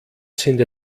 sind